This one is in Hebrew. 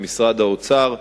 עם משרד האוצר,